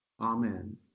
Amen